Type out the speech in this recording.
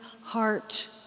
heart